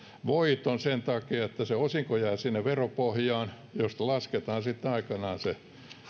voiton sen takia että se osinko jää sinne veropohjaan siitä lasketaan sitten aikanaan se